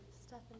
Stephanie